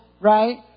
Right